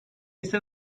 ise